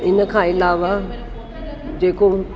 इन खां इलावा जेको